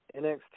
NXT